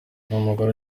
umugore